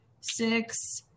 six